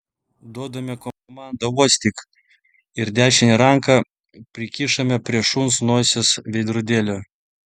duodame komandą uostyk ir dešinę ranką prikišame prie šuns nosies veidrodėlio